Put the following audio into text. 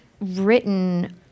written